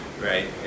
right